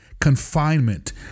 confinement